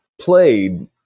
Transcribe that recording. played